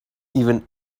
even